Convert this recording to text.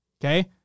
okay